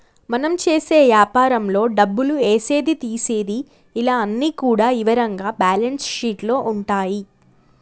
మనం చేసే యాపారంలో డబ్బులు ఏసేది తీసేది ఇలా అన్ని కూడా ఇవరంగా బ్యేలన్స్ షీట్ లో ఉంటాయి